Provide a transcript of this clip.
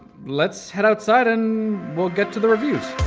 let's head outside, and we'll get to the reviews.